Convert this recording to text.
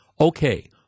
Okay